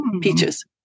peaches